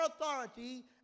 authority